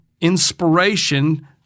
inspiration